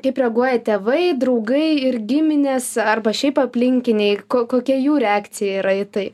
kaip reaguoja tėvai draugai ir giminės arba šiaip aplinkiniai kokia jų reakcija yra į tai